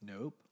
nope